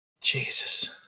Jesus